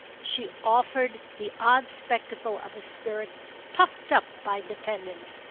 she offered the odd spectacle of a spirit puffed up by dependence,